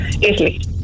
Italy